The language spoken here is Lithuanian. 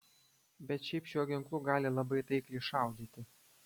bet šiaip šiuo ginklu gali labai taikliai šaudyti